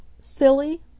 Silly